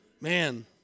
Man